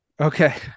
okay